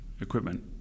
equipment